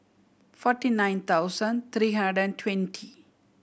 forty nine thousand three hundred and twenty